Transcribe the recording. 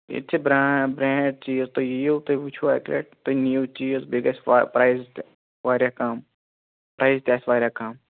ییٚتہِ چھِ برٛا برٛینٛڈ چیٖز تُہۍ یِیِو تُہۍ وُچھِو اَکہِ لَٹہِ تُہۍ نِیِو چیٖز بیٚیہِ گَژھِ پا پرٛایِز تہِ واریاہ کَم پرٛایِز تہِ آسہِ واریاہ کَم